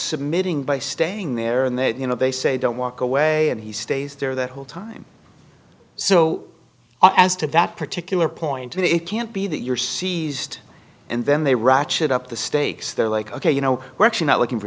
submitting by staying there and then you know they say don't walk away and he stays there the whole time so as to that particular point it can't be that you're seized and then they ratchet up the stakes they're like ok you know we're actually not looking for